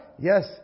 Yes